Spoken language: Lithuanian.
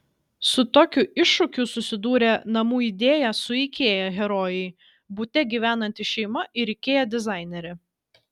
su tokiu iššūkiu susidūrė namų idėja su ikea herojai bute gyvenanti šeima ir ikea dizainerė